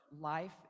life